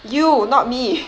you not me